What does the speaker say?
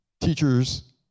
teachers